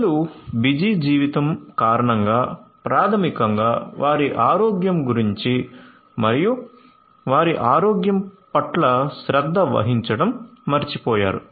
ప్రజలు బిజీ జీవితం కారణంగా ప్రాథమికం గా వారి ఆరోగ్యం గురించి మరియు వారి ఆరోగ్యం పట్ల శ్రద్ధ వహించడం మర్చిపోయారు